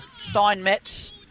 Steinmetz